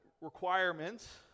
requirements